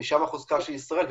ושם החוזקה של ישראל.